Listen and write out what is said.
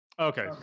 Okay